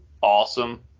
awesome